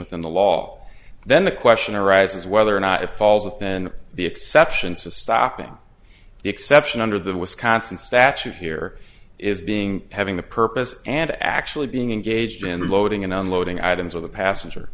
within the law then the question arises whether or not it falls within the exception to stopping the exception under the wisconsin statute here is being having the purpose and actually being engaged in loading and unloading items with a passenger